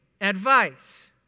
advice